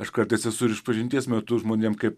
aš kartais esu ir išpažinties metu žmonėms kaip